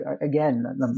again